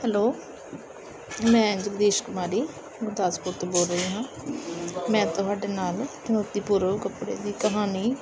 hello ਮੈਂ ਜਗਦੀਸ਼ ਕੁਮਾਰੀ ਗੁਰਦਾਸਪੁਰ ਤੋਂ ਬੋਲ ਰਹੀ ਹਾਂ ਮੈਂ ਤੁਹਾਡੇ ਨਾਲ ਚੁਣੌਤੀਪੂਰਵ ਕੱਪੜੇ ਦੀ ਕਹਾਣੀ